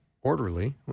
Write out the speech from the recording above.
orderly